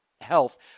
health